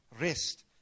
Rest